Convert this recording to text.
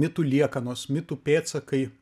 mitų liekanos mitų pėdsakai